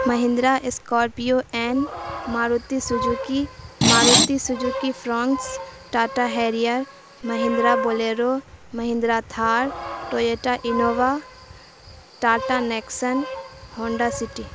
Mahindra Scorpio N Maruti Suzuki Maruti Suzuki Fronx Tata Harrier Mahindra Bolero Mahindra Thar Toyota Innova Tata Nexon Honda city